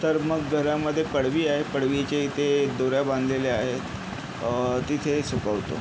तर मग घरामध्ये पडवी आहे पडवीच्या इथे दोऱ्या बांधलेल्या आहेत तिथे सुकवतो